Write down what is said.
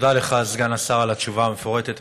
תודה לך, סגן השר, על התשובה המפורטת.